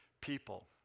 people